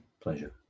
Pleasure